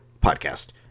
Podcast